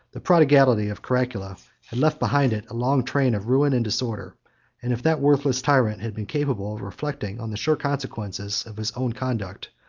the prodigality of caracalla had left behind it a long train of ruin and disorder and if that worthless tyrant had been capable of reflecting on the sure consequences of his own conduct,